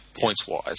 points-wise